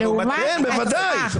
בוודאי.